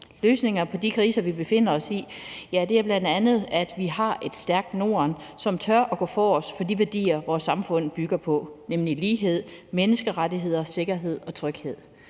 Løsningen på de kriser, vi befinder os i, er bl.a., at vi har et stærkt Norden, som tør gå forrest for de værdier, vores samfund bygger på, nemlig lighed, menneskerettigheder, sikkerhed og tryghed.